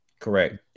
Correct